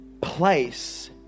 place